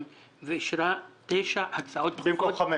ואישרה מספר שיא של תשע הצעות במקום חמש.